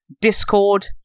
Discord